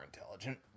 intelligent